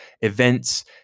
events